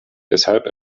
deshalb